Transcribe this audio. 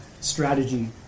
strategy